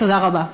תודה רבה.